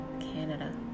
Canada